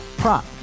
Prop